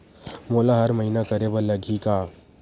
मोला हर महीना करे बर लगही का?